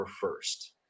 first